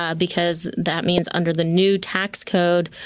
ah because that means under the new tax code,